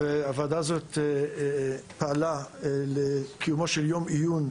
והוועדה הזאת פעלה לקיומו של יום עיון,